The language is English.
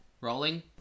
rolling